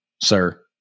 Sir